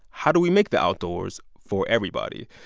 how do we make the outdoors for everybody?